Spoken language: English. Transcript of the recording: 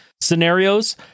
scenarios